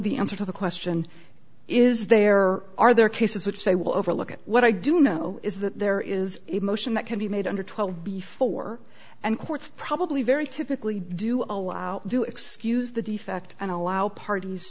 the answer to the question is there are there cases which they will overlook what i do know is that there is a motion that can be made under twelve before and courts probably very typically do allow do excuse the defect and allow parties